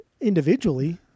Individually